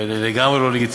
אבל היא לגמרי לא לגיטימית.